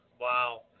Wow